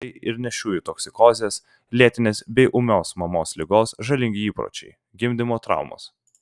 tai ir nėščiųjų toksikozės lėtinės bei ūmios mamos ligos žalingi įpročiai gimdymo traumos